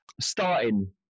starting